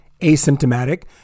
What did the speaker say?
asymptomatic